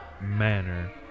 manner